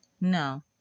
No